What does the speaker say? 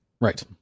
Right